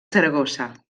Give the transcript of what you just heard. saragossa